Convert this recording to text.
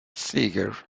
seeger